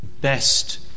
best